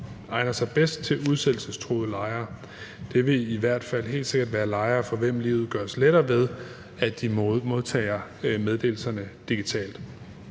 egner sig bedst til udsættelsestruede lejere. Der vil i hvert fald helt sikkert være lejere, for hvem livet gøres lettere, ved at de modtager meddelelserne digitalt.